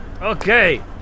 Okay